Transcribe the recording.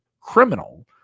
criminal